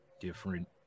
different